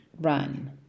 run